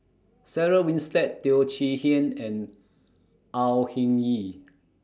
Sarah Winstedt Teo Chee Hean and Au Hing Yee